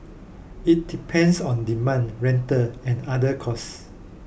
it depends on demand rental and other costs